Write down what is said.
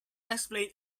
explain